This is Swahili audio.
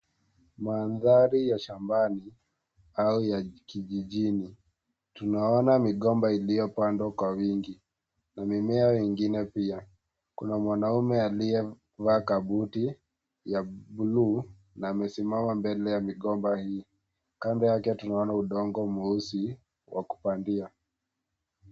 Mandhari ya shambani au ya kijijini. Tunaona migomba iliyopandwa kwa wingi na mimea mengine pia. Kuna mwanaume aliyevaa kabuti ya buluu na amesimama mbele ya migomba hii. Kando yake, tunaona udongo mweusi wa kupandia.